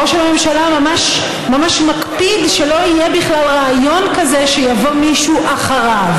ראש הממשלה ממש ממש מקפיד שלא יהיה בכלל רעיון כזה שיבוא מישהו אחריו.